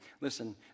Listen